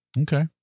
Okay